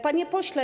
Panie Pośle!